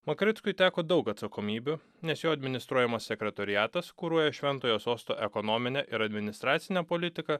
makrickui teko daug atsakomybių nes jo administruojamas sekretoriatas kuruoja šventojo sosto ekonominę ir administracinę politiką